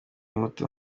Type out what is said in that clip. muto